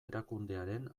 erakundearen